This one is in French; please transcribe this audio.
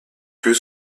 queue